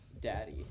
Daddy